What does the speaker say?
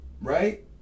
right